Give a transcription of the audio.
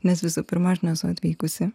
nes visų pirma aš nesu atvykusi